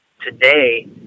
today